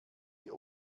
die